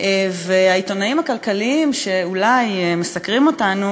והעיתונאים הכלכליים שאולי מסקרים אותנו,